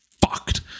fucked